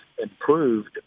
improved